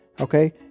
Okay